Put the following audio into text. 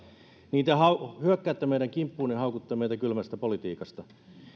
niin te hyökkäätte meidän kimppuumme ja haukutte meitä kylmästä politiikasta